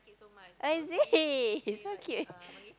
oh is it so cute